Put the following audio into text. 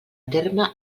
terme